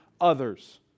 others